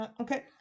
okay